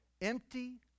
Empty